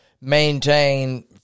maintain